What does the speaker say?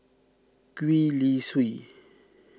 Gwee Li Sui